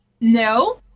no